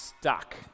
stuck